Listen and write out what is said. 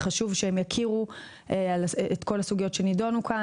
חשוב שהם יכירו את כל הסוגיות שנידונו כאן,